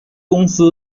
公司